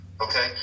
Okay